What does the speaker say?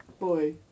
boy